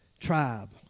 tribe